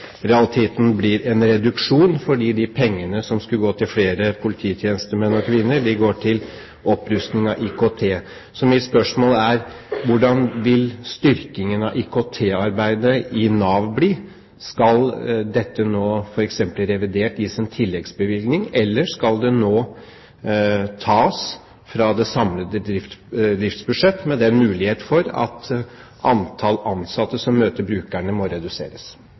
realiteten blir en reduksjon, fordi de pengene som skulle gå til flere polititjenestemenn og -kvinner, går til opprustning av IKT. Så mitt spørsmål er: Hvordan vil styrkingen av IKT-arbeidet i Nav bli? Skal dette f.eks. i revidert gis en tilleggsbevilgning, eller skal det nå tas fra det samlede driftsbudsjett, med den mulighet det er for at antallet ansatte som møter brukerne, må reduseres?